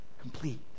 Complete